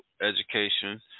education